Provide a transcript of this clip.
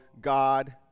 God